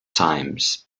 times